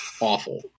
awful